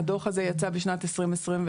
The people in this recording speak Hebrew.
שהדוח הזה יצא בשנת 2021,